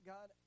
God